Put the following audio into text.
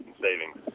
savings